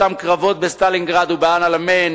אותם קרבות בסטלינגרד ובאל-עלמיין